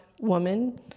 woman